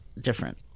different